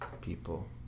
people